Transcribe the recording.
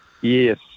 Yes